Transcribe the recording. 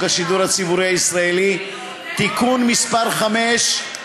השידור הציבורי הישראלי (תיקון מס' 5),